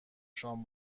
شام